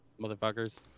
Motherfuckers